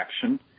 action